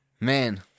Man